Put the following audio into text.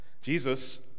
Jesus